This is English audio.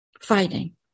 fighting